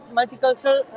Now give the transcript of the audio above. Multicultural